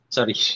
Sorry